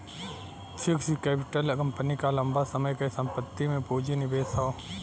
fixed capital company क लंबा समय क संपत्ति में पूंजी निवेश हौ